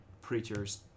preachers